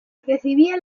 recibía